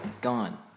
gone